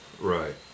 Right